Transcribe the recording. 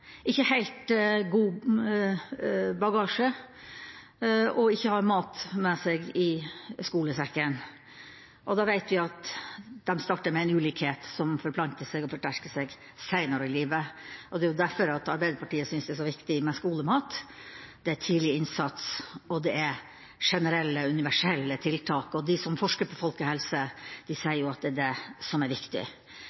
ikke helt god bagasje og har ikke mat med seg i skolesekken. Og da vet vi at de starter med en ulikhet som forplanter seg og forsterker seg seinere i livet. Det er derfor Arbeiderpartiet synes det er så viktig med skolemat. Det er tidlig innsats, og det er generelle, universelle tiltak, og de som forsker på folkehelse,